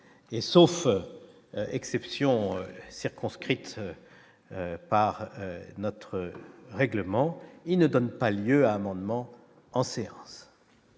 et sauf exception circonscrite par notre règlement, il ne donne pas lieu amendement en séance